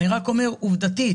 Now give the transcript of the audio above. אני רק אומר עובדתית,